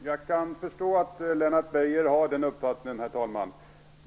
Herr talman! Jag kan förstå att Lennart Beijer har den uppfattningen.